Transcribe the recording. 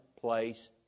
place